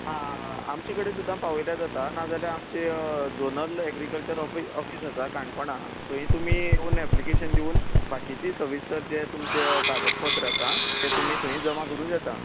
हां हां हां आमचे कडेन सुद्दां पावयल्या जाता ना जाल्यार आमचे zonal agriculture office office office आसा काणकोणा थंय तुमी येवन ऍपलिकेशन दिवून बाकीचे सविस्तर जे तुमचे कागज पत्र आसा तें तुमी थंय जमा करूं जाता